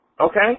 okay